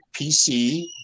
pc